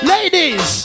Ladies